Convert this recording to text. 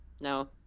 no